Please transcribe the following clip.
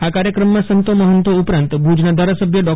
આ કાર્યક્રમમાં સંતો મહંતો ઉપરાંત ભુજના ધારાસભ્ય ડો